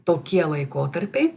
tokie laikotarpiai